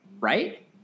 right